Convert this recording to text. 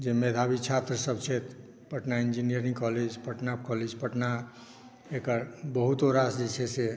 जे मेधावी छात्र सभ छथि पटना इन्जीनियरिंग कॉलेज पटना एकर बहुतो रास जे छै से